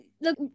look